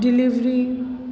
delivery